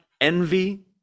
envy